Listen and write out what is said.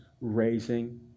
raising